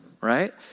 right